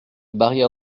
barrière